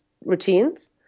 routines